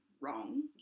wrong